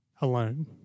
alone